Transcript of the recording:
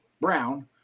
Brown